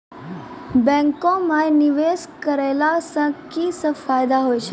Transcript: बैंको माई निवेश कराला से की सब फ़ायदा हो छै?